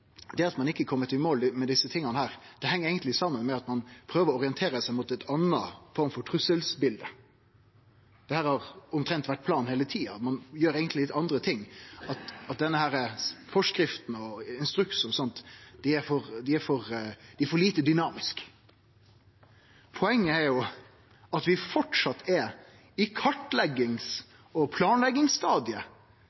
statsminister Solberg, får ein inntrykk av at det at ein ikkje er komen i mål med desse tinga, eigentleg heng saman med at ein prøver å orientere seg mot ei anna form for trusselbilete. Dette har omtrent vore planen heile tida – ein gjer eigentleg litt andre ting, og denne forskrifta og instruksen og alt det er for lite dynamisk. Vel, poenget er jo at vi framleis er på kartleggings-